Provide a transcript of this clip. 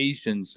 Asian